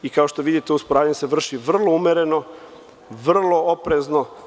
Kao što vidite, usporavanje se vrši vrlo umereno, vrlo oprezno.